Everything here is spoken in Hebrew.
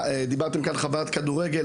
דיברתם כאן על חוויית כדורגל,